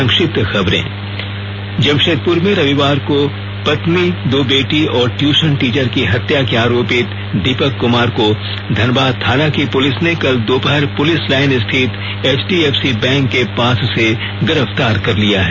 संक्षिप्त खबर जमशेदपुर में रविवार को पत्नी दो बेटी और ट्यूशन टीचर की हत्या के आरोपित दीपक कुमार को धनबाद थाना की पुलिस ने कल दोपहर पुलिस लाइन स्थित एचडीएफसी बैंक के पास से गिरफ्तार कर लिया है